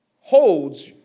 holds